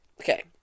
Okay